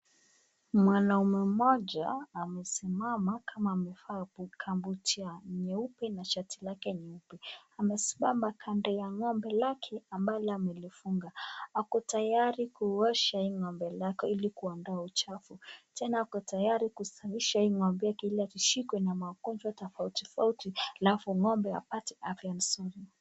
Mwanamme mmoja amesimama kama amevaa kabuti nyeupe na shati lake nyeupe. Amesimama kando ya ng'ombe lake ambalo amelifunga, ako tayari kuosha hii ng'ombe lake ili kuondoa uchafu. Tena ako tayari kusafisha hii ng'ombe yake ili asishikwe na magonjwa tofauti tofauti alafu ng'ombe apate afya mzuri.